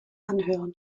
anhören